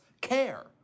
care